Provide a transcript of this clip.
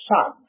Son